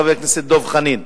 חבר הכנסת דב חנין,